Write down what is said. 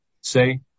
say